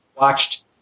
watched